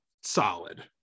solid